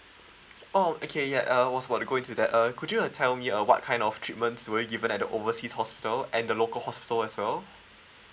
oh okay ya uh was were going to that uh could you uh tell me uh what kind of treatments were you given at the overseas hospital and the local hospital as well